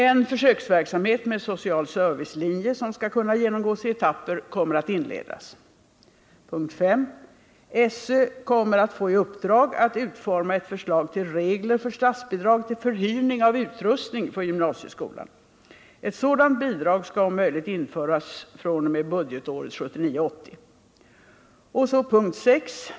En försöksverksamhet med social servicelinje som skall kunna genomgås i etapper kommer att inledas. S. SÖ kommer att få i uppdrag att utforma ett förslag till regler för statsbidrag till förhyrning av utrustning för gymnasieskolan. Ett sådant bidrag skall om möjligt införas fr.o.m. budgetåret 1979/80. 6.